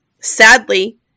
sadly